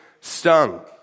stung